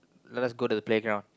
let us go to the playground